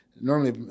normally